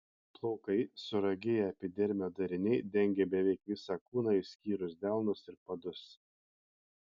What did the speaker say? plaukai suragėję epidermio dariniai dengia beveik visą kūną išskyrus delnus ir padus